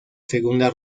segunda